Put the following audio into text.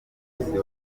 bakubise